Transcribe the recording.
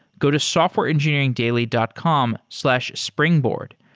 go to softwareengineeringdaily dot com slash springboard.